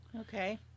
Okay